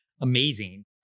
amazing